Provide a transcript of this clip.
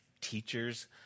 teachers